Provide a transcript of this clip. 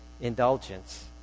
indulgence